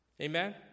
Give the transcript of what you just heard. Amen